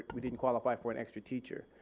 but we didn't qualify for an extra teacher.